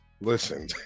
Listen